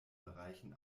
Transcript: bereichen